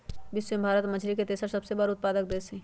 विश्व में भारत मछरी के तेसर सबसे बड़ उत्पादक देश हई